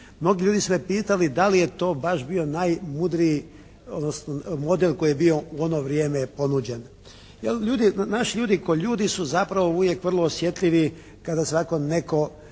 Mnogi ljudi su me pitali da li je to baš bio najmudriji model koji je bio u ono vrijeme ponuđen. Naši ljudi kao ljudi su zapravo uvijek vrlo osjetljivi kada se ovako neko,